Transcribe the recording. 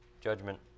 Judgment